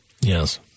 Yes